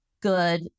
good